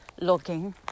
logging